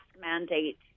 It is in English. mandate